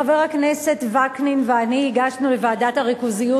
חבר הכנסת וקנין ואני הגשנו לוועדת הריכוזיות